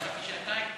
חשבתי שאתה היית פג.